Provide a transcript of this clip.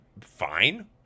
fine